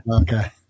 Okay